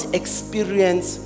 experience